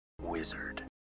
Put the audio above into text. Wizard